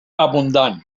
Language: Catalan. abundant